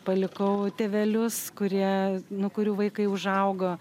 palikau tėvelius kurie nu kurių vaikai užaugo